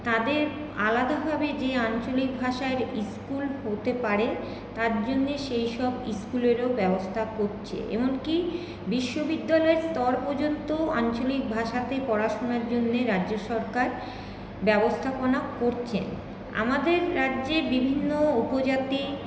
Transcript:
তাদের আলাদাভাবে যে আঞ্চলিক ভাষার স্কুল হতে পারে তার জন্যে সেই সব স্কুলেরও ব্যবস্থা করছে এমনকি বিশ্ববিদ্যালয়ের স্তর পর্যন্ত আঞ্চলিক ভাষাতে পড়াশোনার জন্যে রাজ্য সরকার ব্যবস্থাপনা করছেন আমাদের রাজ্যে বিভিন্ন উপজাতি